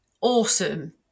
awesome